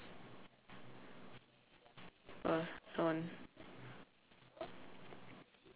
oh stone